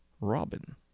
Robin